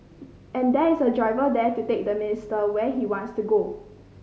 and there is a driver there to take the minister where he wants to go